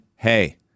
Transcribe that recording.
Hey